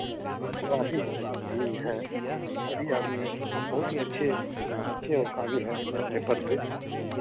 office भी हैं सभी आदमी बहुत ही अच्छे अच्छे और काबिल हैं अपने अपने पद पे